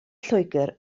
lloegr